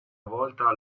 volta